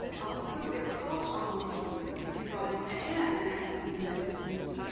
also, it costs almost nothing. if you bought an ad in that beauty magazine,